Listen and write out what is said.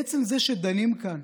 עצם זה שדנים כאן,